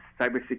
cybersecurity